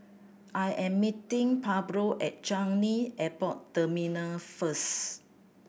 I am meeting Pablo at Changi Airport Terminal first